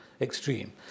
extreme